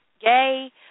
gay